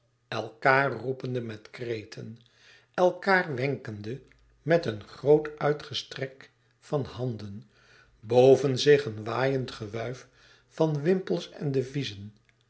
elkaâr roepende met kreten elkaâr wenkende met een groot uitgestrek van handen boven zich een waaiend gewuif van wimpels en deviezen